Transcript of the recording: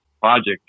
project